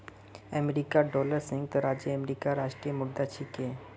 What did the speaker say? अमेरिकी डॉलर संयुक्त राज्य अमेरिकार राष्ट्रीय मुद्रा छिके